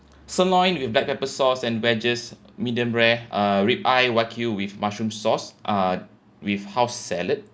sirloin with black pepper sauce and wedges medium rare uh ribeye wagyu with mushroom sauce uh with house salad